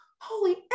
holy